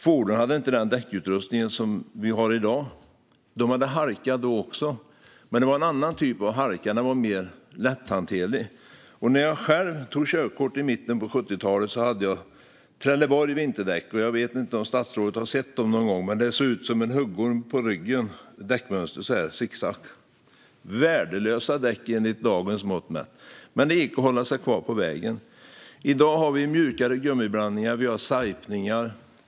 Fordonen hade inte den däckutrustning som vi har i dag. De hade halka då också, men det var en annan typ och mer lätthanterlig. När jag själv tog körkort i mitten av 70-talet hade jag vinterdäck av märket Trelleborg. Jag vet inte om statsrådet har sett sådana någon gång. Däckmönstret såg ut som en huggorm på ryggen; det gick i sicksack. De är värdelösa däck enligt dagens mått mätt, men det gick att hålla sig kvar på vägen. I dag har vi mjukare gummiblandningar och sajpningar.